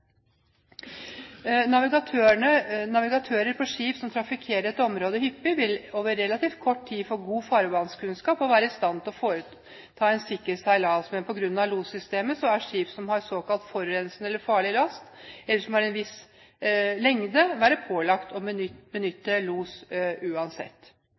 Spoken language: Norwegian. Navigatører på skip som trafikkerer et område hyppig, vil over relativt kort tid få god farvannskunnskap og være i stand til å foreta en sikker seilas, men på grunn av lossystemet vil skip som har såkalt forurensende eller farlig last, eller som har en viss lengde, være pålagt å benytte los uansett.